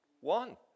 One